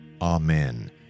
Amen